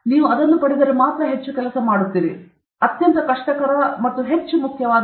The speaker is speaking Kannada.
ನೀವು ಅದನ್ನು ಪಡೆದರೆ ನೀವು ಹೆಚ್ಚು ಕೆಲಸ ಮಾಡುತ್ತೀರಿ ನೀವು ಹೆಚ್ಚು ಕೆಲಸ ಮಾಡುತ್ತೀರಿ